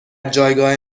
جایگاه